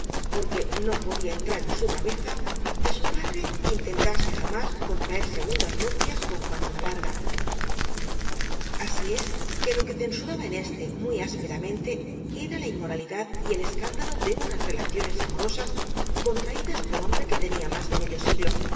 porque no podía entrar en su cabeza que su padre intentase jamás contraer segundas nupcias con juana la larga así es que lo que cen suraba en éste muy ásperamente era la inmorali dad y el escándalo de unas relaciones amorosas contraídas por hombre que tenía más de medio si